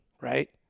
right